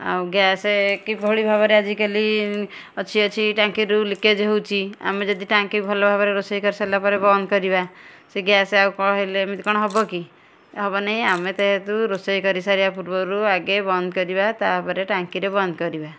ଆଉ ଗ୍ୟାସ୍ କିଭଳି ଭାବରେ ଆଜିକାଲି ଅଛି ଅଛି ଟାଙ୍କିରୁ ଲିକେଜ୍ ହେଉଛି ଆମେ ଯଦି ଟାଙ୍କି ଭଲଭାବରେ ରୋଷେଇ କରିସାରିଲାପରେ ବନ୍ଦ କରିବା ସେ ଗ୍ୟାସ୍ ଆଉ କହିଲେ ଏମିତି କଣ ହବକି ହେବନି ଆମେ ତେ ଏତୁ ରୋଷେଇ କରିବା ପୂର୍ବରୁ ଆଗେ ବନ୍ଦ କରିବା ତାପରେ ଟାଙ୍କିଟା ବନ୍ଦ କରିବା